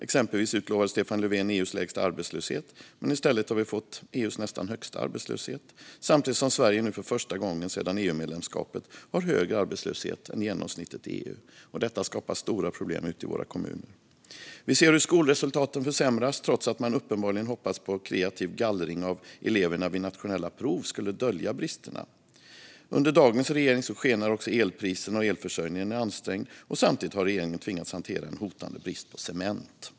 Exempelvis utlovade Stefan Löfven EU:s lägsta arbetslöshet, men i stället har vi fått EU:s nästan högsta arbetslöshet, samtidigt som Sverige nu för första gången sedan EU-medlemskapet har högre arbetslöshet än genomsnittet i EU. Detta skapar stora problem ute i våra kommuner. Vi ser hur skolresultaten försämrats, trots att man uppenbarligen hoppats att kreativ gallring av eleverna vid nationella prov skulle dölja bristerna. Under dagens regering skenar elpriserna, och elförsörjningen är ansträngd. Samtidigt har regeringen tvingats hantera en hotande brist på cement.